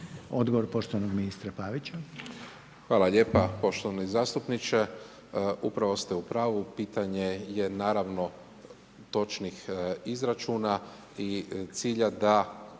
odgovor poštovanog ministra Pavića. **Pavić, Marko (HDZ)** Hvala lijepo poštovani zastupniče. Upravo ste u pravu, pitanje je naravno, točnih izračuna i cilja da